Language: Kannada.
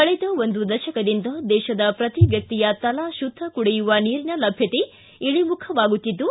ಕಳೆದ ಒಂದು ದಶಕದಿಂದ ದೇಶದ ಪ್ರತಿ ವ್ಯಕ್ತಿಯ ತಲಾ ಶುದ್ಧ ಕುಡಿಯುವ ನೀರಿನ ಲಭ್ಯತೆ ಇಳಿ ಮುಖವಾಗುತ್ತಿದ್ದು